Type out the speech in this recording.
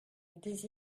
des